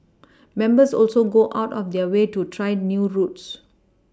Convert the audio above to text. members also go out of their way to try new routes